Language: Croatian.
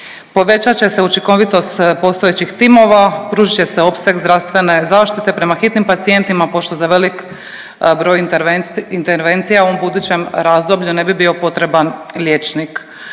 Povećat će se učinkovitost postojećih timova, pružit će se opseg zdravstvene zaštite prema hitnim pacijentima pošto za velik broj intervencija u budućem razdoblju ne bi bio potreban liječnik.